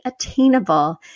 attainable